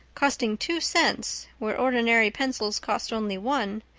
costing two cents where ordinary pencils cost only one,